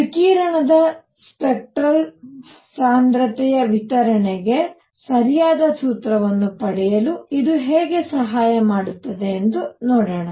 ವಿಕಿರಣದ ಸ್ಪೆಕ್ಟರಲ್ ಸಾಂದ್ರತೆಯ ವಿತರಣೆಗೆ ಸರಿಯಾದ ಸೂತ್ರವನ್ನು ಪಡೆಯಲು ಇದು ಹೇಗೆ ಸಹಾಯ ಮಾಡುತ್ತದೆ ಎಂದು ನೋಡೋಣ